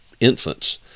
infants